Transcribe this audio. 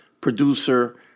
producer